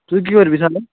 তুই কী করবি তাহলে